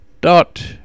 dot